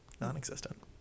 Non-existent